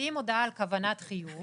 מוציאים הודעה על כוונת חיוב